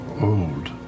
old